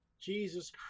Jesus